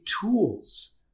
tools